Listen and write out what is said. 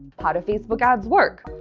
how do facebook ads work?